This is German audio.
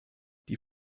die